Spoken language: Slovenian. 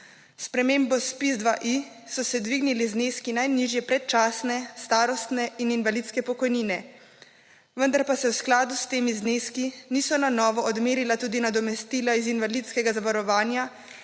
spremembo ZPIZ-2I so se dvignili zneski najnižje predčasne starostne in invalidske pokojnine. Vendar pa se v skladu s temi zneski niso na novo odmerila tudi nadomestila iz invalidskega zavarovanja